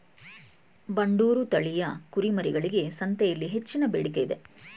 ಬಂಡೂರು ತಳಿಯ ಕುರಿಮರಿಗಳಿಗೆ ಸಂತೆಯಲ್ಲಿ ಹೆಚ್ಚಿನ ಬೇಡಿಕೆ ಇದೆ